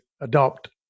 adopt